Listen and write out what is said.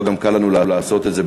עכשיו גם קל לנו לעשות את זה,